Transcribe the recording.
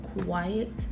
quiet